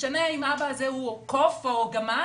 זה משנה אם האבא הזה הוא קוף או גמל?